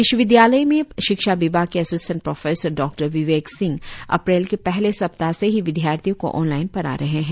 विश्वविद्यालय में शिक्षा विभाग के assistant professor doctor Vivek Singh अप्रैल के पहले सप्ताह से ही विद्यार्थियों को ऑनलाइन पढ़ा रहे हैं